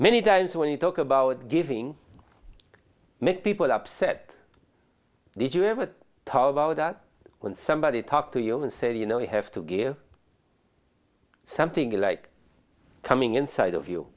many times when you talk about giving make people upset did you ever talk about that when somebody talked to you and said you know you have to give something like coming inside of you